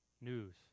news